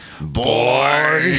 boy